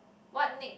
what nick